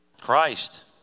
Christ